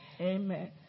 amen